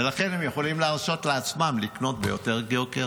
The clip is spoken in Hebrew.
ולכן הם יכולים להרשות לעצמם לקנות יותר ביוקר.